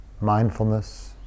mindfulness